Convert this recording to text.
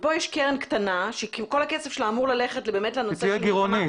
ופה יש קרן קטנה של הכסף שלה אמור ללכת --- זו קרן גרעונית,